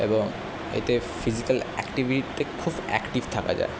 এবং এতে ফিজিক্যাল অ্যাক্টিভিটিতে খুব অ্যাকটিভ থাকা যায়